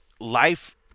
life